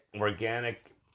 organic